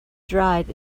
dried